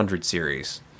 series